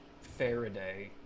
Faraday